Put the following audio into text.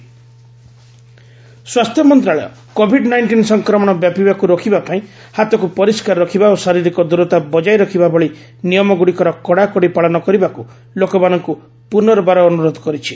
health ministry appeal ସ୍ୱାସ୍ଥ୍ୟ ମନ୍ତ୍ରଣାଳୟ COVID nineteen ସଂକ୍ରମଣ ବ୍ୟାପିବାକୁ ରୋକିବା ପାଇଁ ହାତକୁ ପରିଷ୍କାର ରଖିବା ଓ ଶାରୀରିକ ଦୂରତା ବଜାୟ ରଖିବା ଭଳି ନିୟମଗୁଡ଼ିକର କଡ଼ାକଡ଼ି ପାଳନ କରିବାକୁ ଲୋକମାନଙ୍କୁ ପୁନର୍ବାର ଅନୁରୋଧ କରିଛି